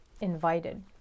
invited